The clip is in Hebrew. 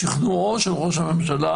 בשכנועו של ראש הממשלה